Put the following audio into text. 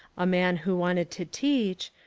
a man who wanted to teach,